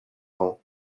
rangs